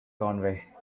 conway